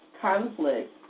conflict